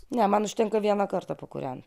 ne man užtenka vieną kartą pakūrent